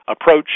approach